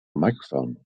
microphone